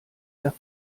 der